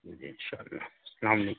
جی انشآء اللہ اسلام علیکم